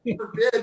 forbid